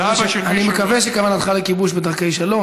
אני מקווה שכוונתך לכיבוש בדרכי שלום,